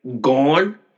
gone